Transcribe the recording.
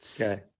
Okay